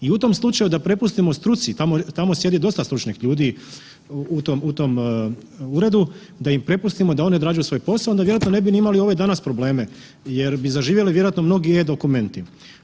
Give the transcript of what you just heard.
I u tom slučaju da prepustimo struci, tamo sjedi dosta stručnih ljudi u tom uredu da im prepustimo da oni odrađuju svoj posao onda vjerojatno ne bi ni imali ove danas probleme jer bi zaživjeli vjerojatno mnogi e-dokumenti.